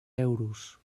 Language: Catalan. euros